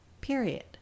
period